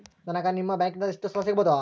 ನನಗ ನಿಮ್ಮ ಬ್ಯಾಂಕಿನಿಂದ ಎಷ್ಟು ಸಾಲ ಸಿಗಬಹುದು?